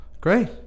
great